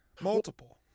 Multiple